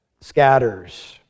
scatters